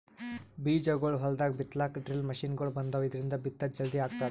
ಬೀಜಾಗೋಳ್ ಹೊಲ್ದಾಗ್ ಬಿತ್ತಲಾಕ್ ಡ್ರಿಲ್ ಮಷಿನ್ಗೊಳ್ ಬಂದಾವ್, ಇದ್ರಿಂದ್ ಬಿತ್ತದ್ ಜಲ್ದಿ ಆಗ್ತದ